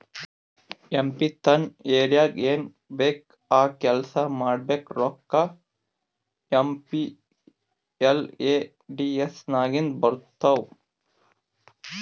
M P ತನ್ ಏರಿಯಾಗ್ ಏನ್ ಬೇಕ್ ಆ ಕೆಲ್ಸಾ ಮಾಡ್ಲಾಕ ರೋಕ್ಕಾ ಏಮ್.ಪಿ.ಎಲ್.ಎ.ಡಿ.ಎಸ್ ನಾಗಿಂದೆ ಬರ್ತಾವ್